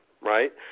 Right